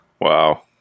wow